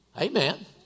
Amen